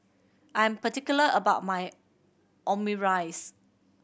I'm particular about my Omurice